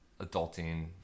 adulting